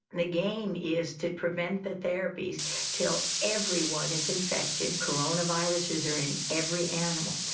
the game is to prevent the therapies til everyone is infected. coronaviruses are in every animal,